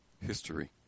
history